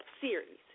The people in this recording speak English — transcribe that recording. series